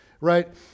right